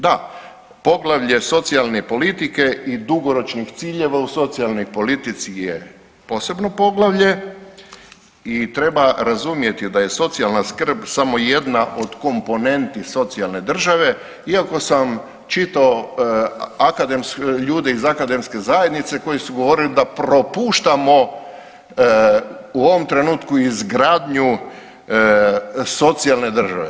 Da, poglavlje socijalne politike i dugoročnih ciljeva u socijalnoj politici je posebno poglavlje i treba razumjeti da je socijalna skrb samo jedna od komponenti socijalne države iako sam čitao ljude iz akademske zajednice koji su govorili da propuštamo u ovom trenutku izgradnju socijalne države.